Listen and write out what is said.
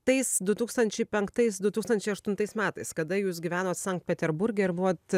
tais du tūkstančiai penktais du tūkstančiai aštuntais metais kada jūs gyvenot sankt peterburge ir buvot